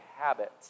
habit